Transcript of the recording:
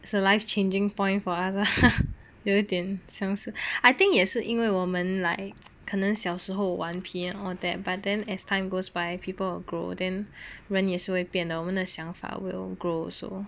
it's a life changing point for us lah 有点像是 I think 也是因为我们 like 可能小时候顽皮 and all that but then as time goes by people will grow then 人也是会变得我们的想法 will grow so